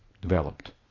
developed